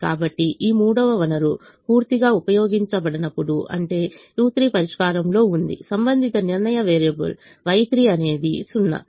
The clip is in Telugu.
కాబట్టి ఈ మూడవ వనరు పూర్తిగా ఉపయోగించబడనప్పుడు అంటే u3 పరిష్కారంలో ఉంది సంబంధిత నిర్ణయ వేరియబుల్ Y3 అనేది 0